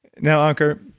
now ankur,